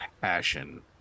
passion